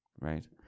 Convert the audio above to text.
right